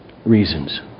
Reasons